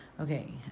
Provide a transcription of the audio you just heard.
Okay